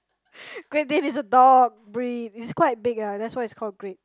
great dane is a dog breed it's quite big ah that's why it's called great